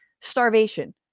Starvation